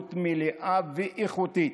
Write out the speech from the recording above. בגרות מלאה ואיכותית,